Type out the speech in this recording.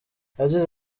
yagize